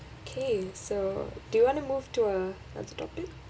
okay so do you want to move to a next topic